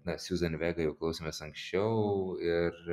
na siuzan vega jau klausėmės anksčiau ir